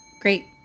Great